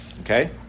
Okay